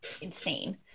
insane